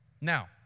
Now